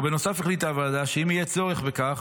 בנוסף החליטה הוועדה שאם יהיה צורך בכך,